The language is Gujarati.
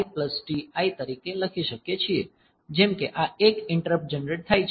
તેથી જ આપણે તેને RI TI તરીકે લખી શકીએ છીએ જેમ કે આ 1 ઈંટરપ્ટ જનરેટ થાય છે